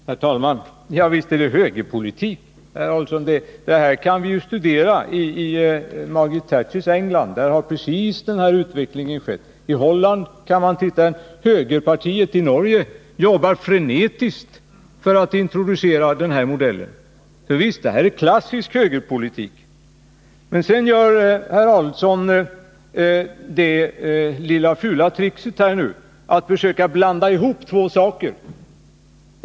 Herr talman! Ja, visst är det högerpolitik, herr Adelsohn! Det här kan vi ju studera i Margaret Thatchers England, där precis den här utvecklingen har skett, liksom i Holland, och högerpartiet i Norge jobbar frenetiskt för att introducera den här modellen, så visst är det klassisk högerpolitik. Men sedan försöker herr Adelsohn det lilla fula tricket att blanda ihop två saker.